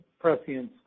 prescience